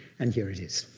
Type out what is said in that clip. and here it is.